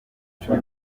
cumi